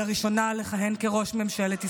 לראשונה לכהן כראש ממשלת ישראל.